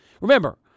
Remember